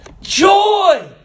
Joy